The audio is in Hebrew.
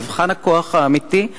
מבחן הכוח האמיתי,